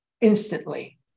instantly